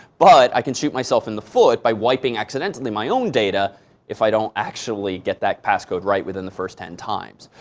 but i can shoot myself in the foot by wiping, accidentally, my own data if i don't actually get that passcode right within the first ten times.